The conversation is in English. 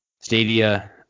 Stadia